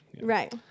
Right